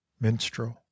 Minstrel